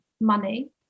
money